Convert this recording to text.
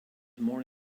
more